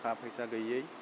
थाखा फैसा गैयै